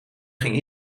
ging